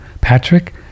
Patrick